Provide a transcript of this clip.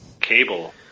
cable